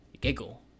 giggle